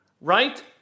right